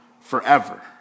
forever